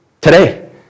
today